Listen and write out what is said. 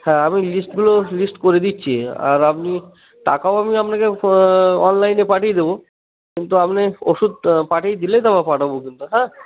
হ্যাঁ আমি লিস্টগুলো লিস্ট করে দিচ্ছি আর আপনি টাকাও আমি আপনাকে অনলাইনে পাঠিয়ে দেবো কিন্তু আপনি ওষুধ পাঠিয়েই দিলেই তবে পাঠাবো কিন্তু হ্যাঁ